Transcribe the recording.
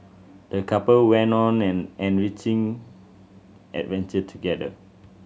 the couple went on an enriching adventure together